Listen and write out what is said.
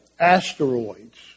asteroids